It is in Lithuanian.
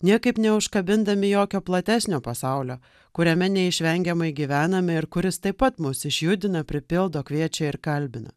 niekaip neužkabindami jokio platesnio pasaulio kuriame neišvengiamai gyvename ir kuris taip pat mus išjudina pripildo kviečia ir kalbina